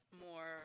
more